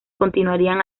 continuarían